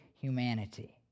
humanity